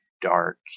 dark